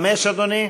5, אדוני?